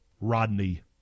Rodney